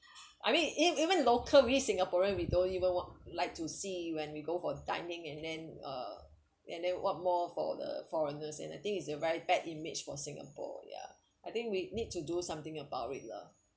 I mean e~ even local we singaporean we don't even want like to see when we go for dining and then uh and then what more for the foreigners and I think is a very bad image for singapore ya I think we need to do something about it lah